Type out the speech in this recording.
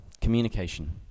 communication